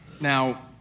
Now